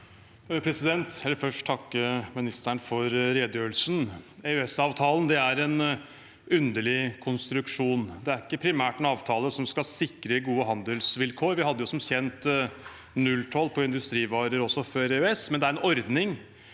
først takke ministeren for redegjørelsen. EØS-avtalen er en underlig konstruksjon. Det er ikke primært en avtale som skal sikre gode handelsvilkår. Vi hadde som kjent nulltoll på industrivarer også før EØS. Det er en ordning